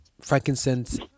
Frankincense